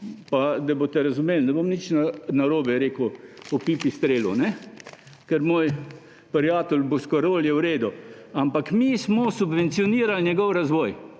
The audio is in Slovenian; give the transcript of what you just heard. da boste razumeli, ne bom nič narobe rekel, o Pipistrelu, ker moj prijatelj Boscarol je v redu. Ampak mi smo subvencionirali njegov razvoj